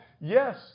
Yes